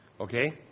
Okay